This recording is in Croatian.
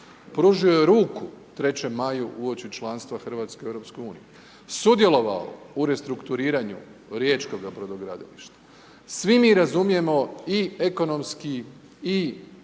pružao je ruku 3.maju uoči članstva Hrvatske EU. Sudjelovalo u restrukturiranju riječkoga brodogradilišta. Svi mi razumijemo i ekonomski i politički